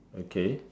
okay